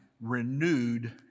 renewed